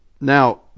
Now